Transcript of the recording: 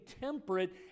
temperate